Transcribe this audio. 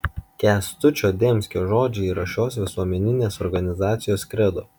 kęstučio demskio žodžiai yra šios visuomeninės organizacijos kredo